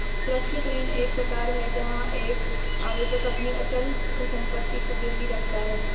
सुरक्षित ऋण एक प्रकार है जहां एक आवेदक अपनी अचल संपत्ति को गिरवी रखता है